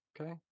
okay